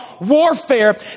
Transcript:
warfare